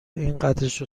اینقدرشو